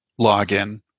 login